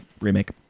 remake